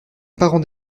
parents